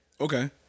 Okay